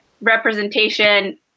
representation